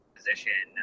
position